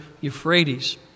Euphrates